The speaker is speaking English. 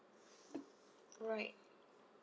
alright